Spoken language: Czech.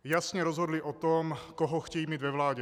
Jasně rozhodli o tom, koho chtějí mít ve vládě.